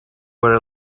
were